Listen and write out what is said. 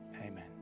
amen